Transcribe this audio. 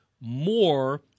more